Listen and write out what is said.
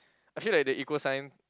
I feel like the equal sign